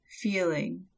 feeling